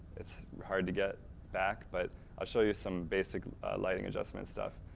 it's hard to get back, but i'll show you some basic lighting adjustment stuff.